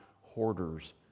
hoarders